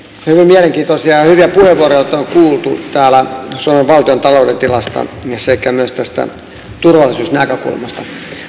mielenkiintoisia ja hyviä puheenvuoroja on kuultu täällä suomen valtiontalouden tilasta sekä myös tästä turvallisuusnäkökulmasta